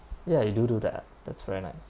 ya you do do that that's very nice